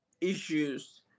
issues